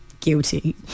guilty